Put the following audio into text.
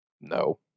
No